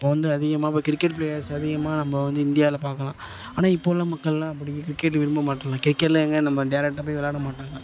இப்போது வந்து அதிகமாக இப்போ கிரிக்கெட் ப்ளேயர்ஸ் அதிகமாக நம்ம வந்து இந்தியாவில் பார்க்கலாம் ஆனால் இப்போ உள்ள மக்கள்லாம் அப்படி கிரிக்கெட் விரும்பமாட்றாங்க கிரிக்கெட்டில் எங்கே நம்ம டைரக்ட்டா போய் விளாட மாட்றாங்க